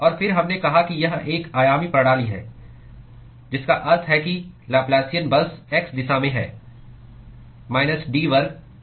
और फिर हमने कहा कि यह एक आयामी प्रणाली है जिसका अर्थ है कि लैपलासीन बस x दिशा में है d वर्ग Td x वर्ग है